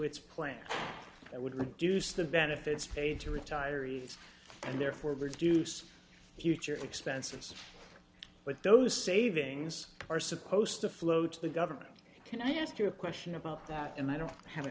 its plan that would reduce the benefits paid to retirees and therefore reduce future expenses but those savings are supposed to flow to the government can i ask you a question about that and i don't have it